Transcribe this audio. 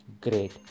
great